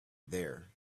there